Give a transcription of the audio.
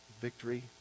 Victory